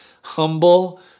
Humble